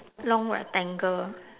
long rectangle